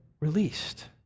released